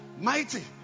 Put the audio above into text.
Mighty